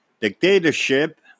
dictatorship